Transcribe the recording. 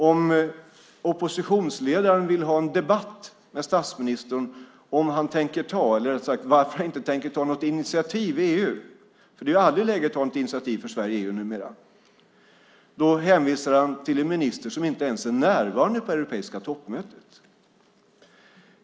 Om oppositionsledaren vill ha en debatt med statsministern om varför han inte tänker ta något initiativ i EU - det är aldrig läge att ta något initiativ för Sverige i EU numera - hänvisar han till en minister som inte ens är närvarande på det europeiska toppmötet.